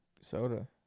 soda